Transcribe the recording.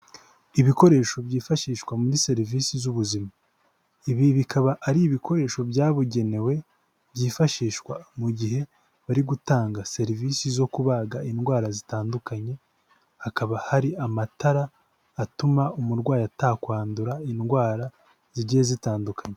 Ibikoresho byifashishwa muri serivisi z'ubuzima, ibi bikaba ari ibikoresho byabugenewe byifashishwa mu gihe bari gutanga serivisi zo kubaga indwara zitandukanye, hakaba hari amatara atuma umurwayi atakwandura indwara zigiye zitandukanye.